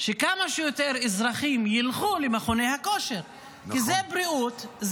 שכמה שיותר אזרחים ילכו למכוני הכושר כי זה בריאות,